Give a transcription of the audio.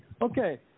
Okay